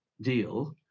deal